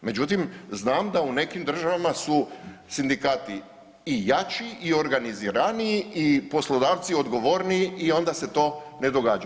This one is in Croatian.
Međutim, znam da u nekim državama su sindikati i jači i organiziraniji i poslodavci odgovorniji i onda se to ne događa.